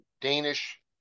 danish